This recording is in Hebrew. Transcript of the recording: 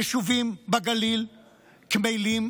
היישובים בגליל קמלים.